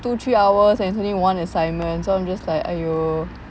two three hours and twenty one assignments um just like are you